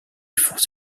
forces